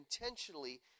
intentionally